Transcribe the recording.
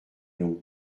long